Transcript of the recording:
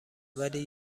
ولی